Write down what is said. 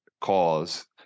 cause